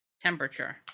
temperature